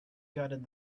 gutted